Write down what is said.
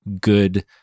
good